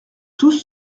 tous